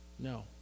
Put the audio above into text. No